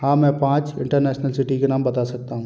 हाँ मैं पाँच इंटरनैसनल सिटी के नाम बता सकता हूँ